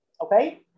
Okay